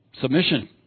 submission